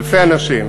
אלפי אנשים.